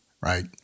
right